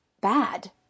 bad